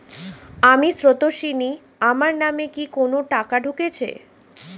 আমি স্রোতস্বিনী, আমার নামে কি কোনো টাকা ঢুকেছে?